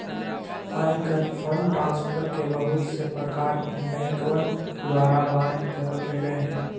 आजकल fund transfer के बहुत से प्रकार में बैंकवन द्वारा बांट देवल गैले है